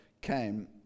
came